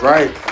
Right